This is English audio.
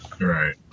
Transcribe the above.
Right